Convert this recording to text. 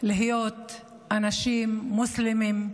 להיות אנשים מוסלמים,